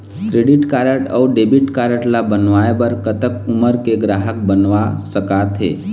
Credit card अऊ debit card ला बनवाए बर कतक उमर के ग्राहक बनवा सका थे?